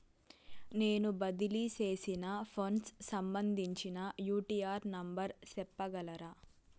నేను బదిలీ సేసిన ఫండ్స్ సంబంధించిన యూ.టీ.ఆర్ నెంబర్ సెప్పగలరా